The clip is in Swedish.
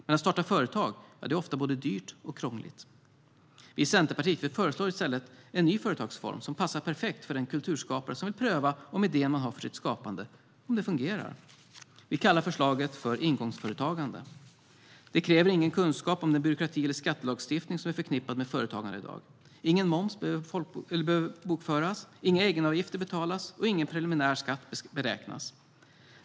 Men att starta företag är ofta både dyrt och krångligt. Vi i Centerpartiet föreslår en ny företagsform som passar perfekt för den kulturskapare som vill pröva om idén man har för sitt skapande fungerar. Vi kallar förslaget för ingångsföretagande. Det kräver ingen kunskap om den byråkrati eller skattelagstiftning som är förknippad med företagande i dag. Ingen moms behöver bokföras, inga egenavgifter betalas och ingen preliminärskatt beräknas.